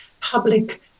public